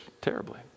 terribly